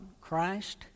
Christ